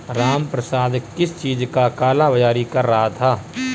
रामप्रसाद किस चीज का काला बाज़ारी कर रहा था